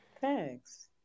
Thanks